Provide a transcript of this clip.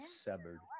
severed